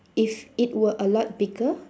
if it were a lot bigger